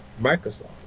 Microsoft